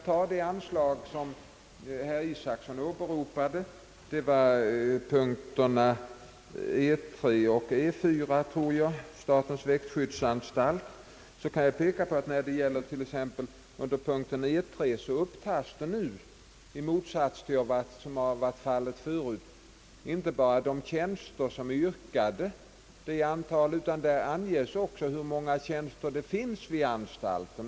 När det gäller t.ex. statens växtskyddsanstalt, som herr Isacson talade om, under punkt E upptas nu inte bara det antal tjänster som yrkas utan också hur många tjänster som nu finns vid anstalten.